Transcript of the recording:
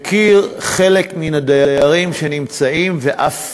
ומכיר חלק מהדיירים שנמצאים שם, ואף